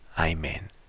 Amen